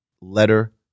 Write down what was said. letter